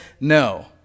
no